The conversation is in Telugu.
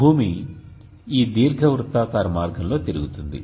భూమి ఈ దీర్ఘవృత్తాకార మార్గంలో తిరుగుతుంది